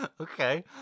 Okay